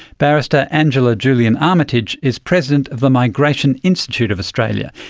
barrister angela julian-armitage is president of the migration institute of australia,